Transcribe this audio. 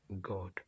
God